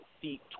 feet